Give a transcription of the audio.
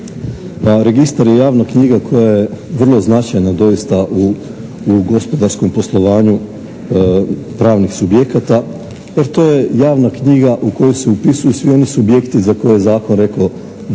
Registar je javna knjiga koja je vrlo značajna doista u gospodarskom poslovanju pravnih subjekata, jer to je javna knjiga u koju se upisuju svi oni subjekti za koje je zakon rekao da